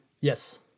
Yes